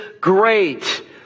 great